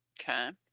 Okay